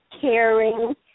caring